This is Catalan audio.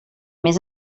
més